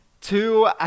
Two